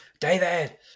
David